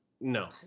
no